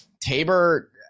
Tabor